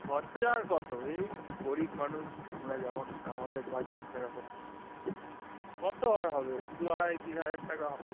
খরচা আর কত এই গরিব মানুষ আমরা যেমন আমাদের বাজেট তেরকম কত আর হবে দু আড়াই তিন হাজার টাকা হবে